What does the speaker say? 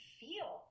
feel